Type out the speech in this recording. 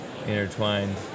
intertwined